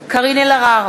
סעיף 1 התקבל בנוסח הוועדה.